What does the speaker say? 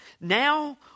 Now